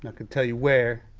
not gonna tell you where.